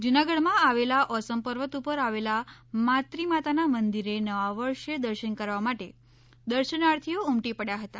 જૂનાગઢમાં આવેલા ઓસમ પર્વત ઉપર આવેલા માત્રી માતાના મંદિરે નવા વર્ષે દર્શન કરવા માટે દર્શનાર્થીઓ ઉમટી પડ્યા હતા